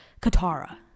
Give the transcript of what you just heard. Katara